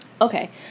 Okay